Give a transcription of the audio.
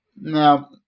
Now